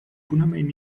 bunamein